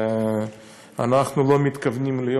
ואנחנו לא מתכוונים להיות,